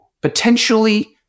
potentially